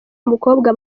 umukobwa